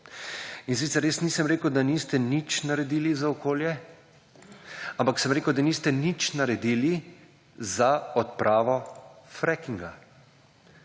In sicer, jaz nisem rekel, da niste nič naredili za okolje, ampak sem rekel da niste nič naredili za odpravo frekinga,